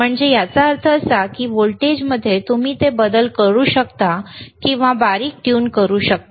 म्हणजे याचा अर्थ असा की व्होल्टेजमध्ये तुम्ही ते बदलू शकता किंवा बारीक ट्यून करू शकता